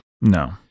No